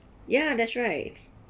ya that's right